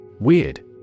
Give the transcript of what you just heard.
Weird